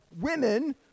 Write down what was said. women